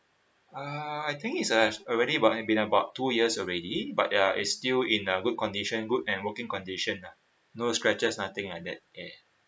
uh I think it's uh already about have been about two years already but they are is still in a good condition good and working condition ah no scratches nothing like that eh